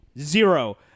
zero